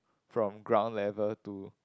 from ground level to